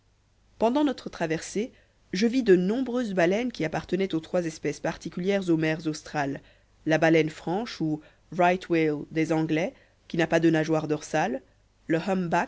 pendant notre traversée je vis de nombreuses baleines qui appartenaient aux trois espèces particulières aux mers australes la baleine franche ou right whale des anglais qui n'a pas de nageoire dorsale le